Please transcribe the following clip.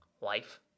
LIFE